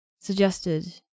suggested